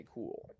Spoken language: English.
Cool